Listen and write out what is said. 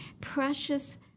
precious